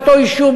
באותו יישוב,